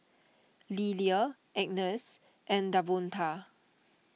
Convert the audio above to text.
Lilia Agness and Davonta